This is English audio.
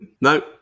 no